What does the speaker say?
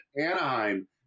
Anaheim